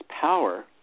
power